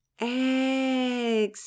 Exhale